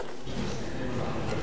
סגן השר,